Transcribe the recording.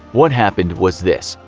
what happened was this.